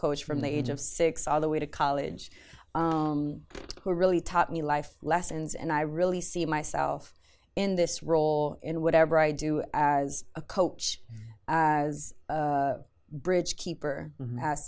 coach from the age of six all the way to college who really taught me life lessons and i really see myself in this role in whatever i do as a coach as a bridge keeper